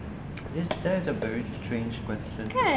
this~ that is a very strange question